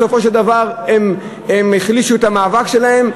ובסופו של דבר הם החלישו את המאבק שלהם,